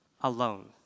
alone